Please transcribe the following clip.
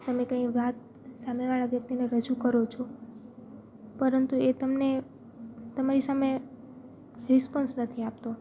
તમે કંઈ વાત સામેવાળા વ્યક્તિને રજૂ કરો છો પરંતુ એ તમને તમારી સામે રિસ્પોન્સ નથી આપતો